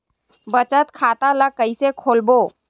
बचत खता ल कइसे खोलबों?